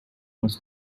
was